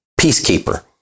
peacekeeper